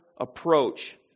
approach